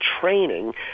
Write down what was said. training